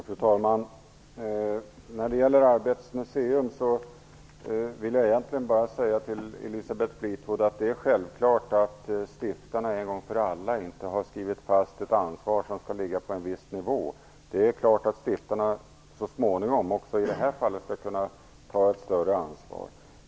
Fru talman! När det gäller Arbetets museum vill jag egentligen bara säga till Elisabeth Fleetwood att det är självklart att stiftarna inte en gång för alla har skrivit fast ett ansvar som skall ligga på en viss nivå. Det är klart att stiftarna också i det här fallet så småningom skall ta ett större ansvar.